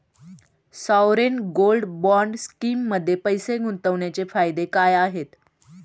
Sovereign gold bond स्कीममध्ये पैसे गुंतवण्याचे फायदे काय आहेत?